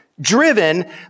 driven